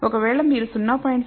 ఒకవేళ మీరు 0